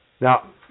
Now